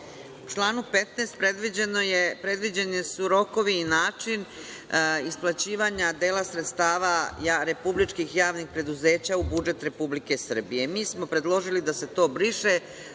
članu 15. predviđeni su rokovi i način isplaćivanja dela sredstava republičkih javnih preduzeća u budžet Republike Srbije. Mi smo predložili da se to briše,